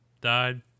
died